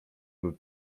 był